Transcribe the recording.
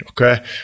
okay